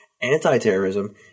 Anti-terrorism